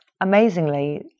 amazingly